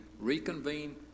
reconvene